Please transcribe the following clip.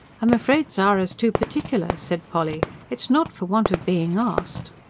i'm afraid zara's too particular, said polly. it's not for want of being asked.